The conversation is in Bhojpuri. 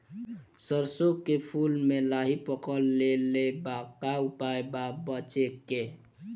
सरसों के फूल मे लाहि पकड़ ले ले बा का उपाय बा बचेके?